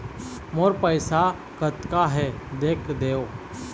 मोर पैसा कतका हे देख देव?